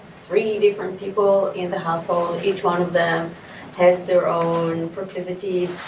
three different people in the household each one of them has their own proclivity.